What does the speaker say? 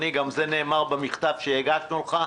ואני מבקש מאדוני גם זה נאמר במכתב שהגשנו לך,